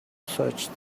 such